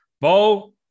Bo